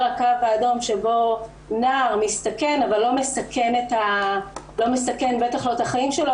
הקו האדום שבו נער מסתכן אבל לא מסכן את החיים שלו